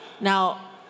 Now